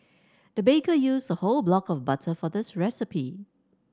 the baker used a whole block of butter for this recipe